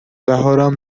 بهارم